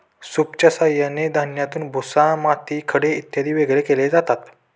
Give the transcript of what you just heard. सूपच्या साहाय्याने धान्यातून भुसा, माती, खडे इत्यादी वेगळे केले जातात